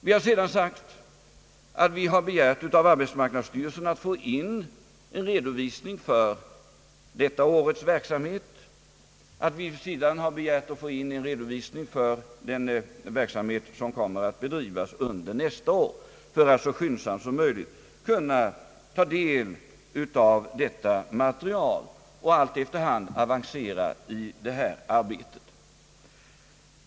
Vi har sedan av arbetsmarknadsstyrelsen begärt att få in en redovisning för detta års verksamhet samt en redovisning för den verksamhet som kommer att bedrivas under nästa år för att så skyndsamt som möjligt kunna ta del av detta material och efter hand avancera i det arbetet.